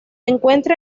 encuentra